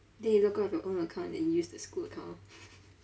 then you log out of your own account and then use the school account